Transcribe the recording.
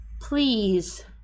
Please